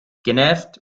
genervt